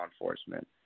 enforcement